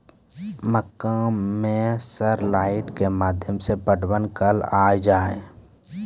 मक्का मैं सर लाइट के माध्यम से पटवन कल आ जाए?